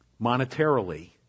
monetarily